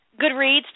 Goodreads